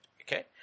Okay